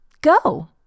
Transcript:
Go